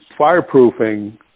fireproofing